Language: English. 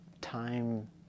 time